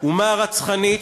אומה רצחנית,